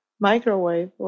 microwave